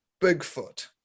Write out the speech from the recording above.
Bigfoot